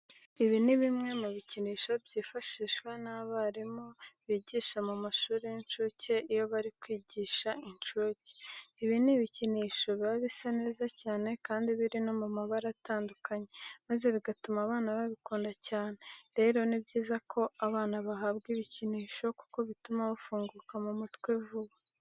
Ibi ni bimwe mu bikinisho byifashishwa n'abarimi bigisha mu mashuri y'incuke iyo bari kwigisha incuke. Ibi bikinisho biba bisa neza cyane kandi biri no mu mabara atandukanye maze bigatuma abana babikunda cyane. Rero ni byiza ko abana bahabwa ibikinisho kuko bituma bafunguka mu mutwe vuba.